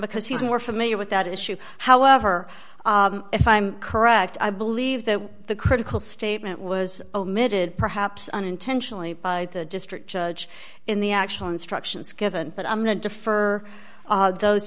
because he's more familiar with that issue however if i'm correct i believe that the critical statement was omitted perhaps unintentionally by the district judge in the actual instructions given but i'm going to defer those